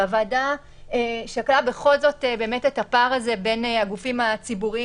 הוועדה שקלה בכל זאת את הפער בין הגופים הציבוריים